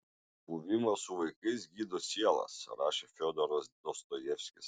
buvimas su vaikais gydo sielas rašė fiodoras dostojevskis